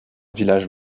village